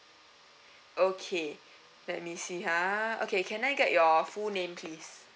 okay let me see ha okay can I get your full name please